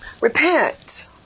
repent